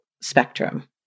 spectrum